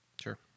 Sure